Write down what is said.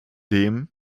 dem